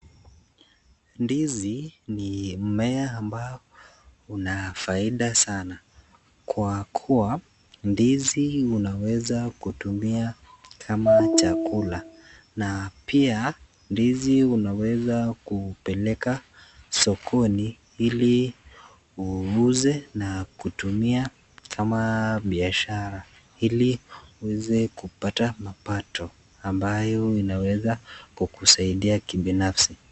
Ndizi ni mimea ambao una faida sana kwa kuwa ndizi unaweza kutumia kama chakula. Na pia ndizi unaweza kupeleka sokoni ili uuze na kutumia kama biashara ili uweze kupata mapato ambayo inaweza kukusaidia kibinafsi.